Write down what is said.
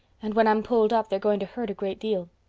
and when i'm pulled up they're going to hurt a great deal.